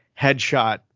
headshot